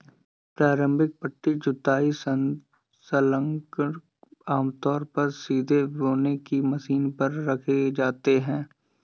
प्रारंभिक पट्टी जुताई संलग्नक आमतौर पर सीधे बोने की मशीन पर रखे जाते थे